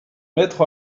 maîtres